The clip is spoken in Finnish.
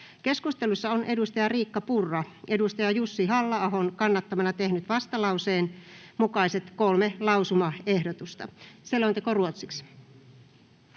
Keskustelussa on Riikka Purra Jussi Halla-ahon kannattamana tehnyt vastalauseen mukaiset kolme lausumaehdotusta. [Speech 3]